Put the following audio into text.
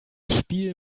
spiel